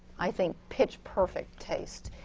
i think, pitch perfect taste.